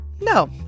No